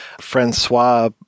Francois